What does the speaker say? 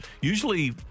usually